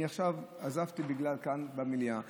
עכשיו עזבתי בגלל המליאה כאן.